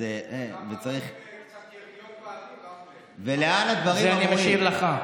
למה לא עם קצת יריות באוויר, זה מה שאני משאיר לך.